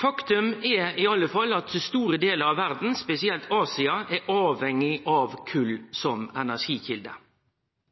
Faktum er i alle fall at store deler av verda, spesielt Asia, er avhengig av kol som